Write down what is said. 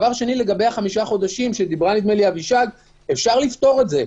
שנית, לגבי חמשת החודשים, אפשר לפתור את זה,